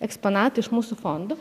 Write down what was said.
eksponatai iš mūsų fondų